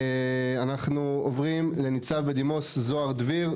אנחנו עוברים לניצב בדימוס זוהר דביר.